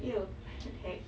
!eww! what the heck